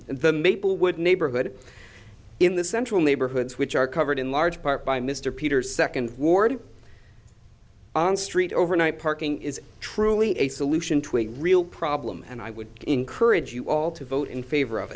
the maple wood neighborhood in the central neighborhoods which are covered in large part by mr peters second ward on street overnight parking is truly a solution to a real problem and i would encourage you all to vote in favor of